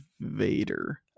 Vader